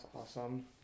awesome